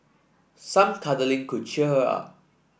some cuddling could cheer her up